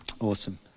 Awesome